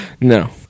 No